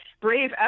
brave